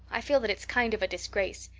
i feel that it's kind of a disgrace.